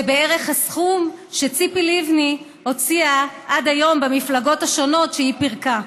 זה בערך הסכום שציפי לבני הוציאה עד היום במפלגות השונות שהיא פירקה.